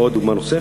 או, דוגמה נוספת: